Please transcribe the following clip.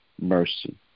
mercy